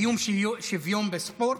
קיום שוויון בספורט,